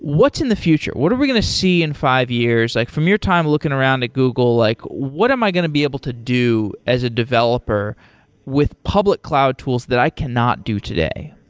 what's in the future? what are we going to see in five years? like from your time looking around at google, like what am i going to be able to do as a developer with public cloud tools that i cannot do today?